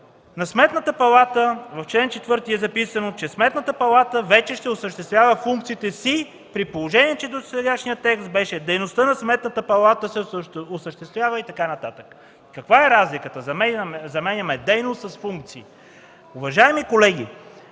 и при процедурата, в чл. 4 е записано, че Сметната палата вече ще осъществява функциите си, при положение че досегашният текст беше: „дейността на Сметната палата се осъществява” и така нататък. Каква е разликата? Заменяме дейност с функции. Уважаеми колеги,